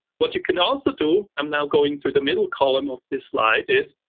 what you can also do, i'm now going to the middle column of this slide is,